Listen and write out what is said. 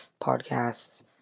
podcasts